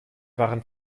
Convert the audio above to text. waren